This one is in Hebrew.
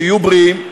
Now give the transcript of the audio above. שיהיו בריאים,